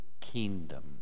kingdom